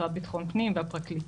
עם המשרד לביטחון הפנים והפרקליטות.